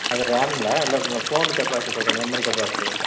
அது ரேம் இல்லை இல்லை ஃபோ ஃபோனு கெபாசிட்டி சொல்கிறேன் மெமரி கெபாசிட்டி